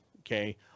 okay